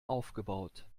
aufgebaut